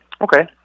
okay